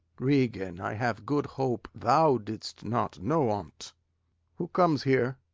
regan, i have good hope thou didst not know on't who comes here?